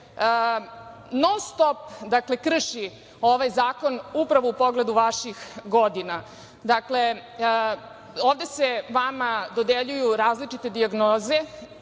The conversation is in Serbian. non–stop krši ovaj zakon u pogledu vaših godina. Dakle, ovde se vama dodeljuju različite dijagnoze